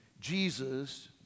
Jesus